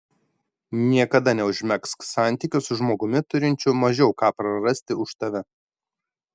niekada neužmegzk santykių su žmogumi turinčiu mažiau ką prarasti už tave